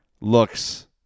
looks